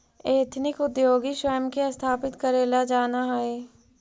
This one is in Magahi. एथनिक उद्योगी स्वयं के स्थापित करेला जानऽ हई